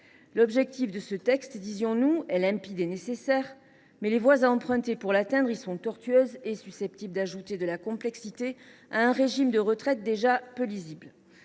L’objectif de ce texte, disions nous, est limpide et nécessaire, mais les voies à emprunter pour l’atteindre sont tortueuses et susceptibles d’ajouter de la complexité à un régime de retraite déjà peu lisible.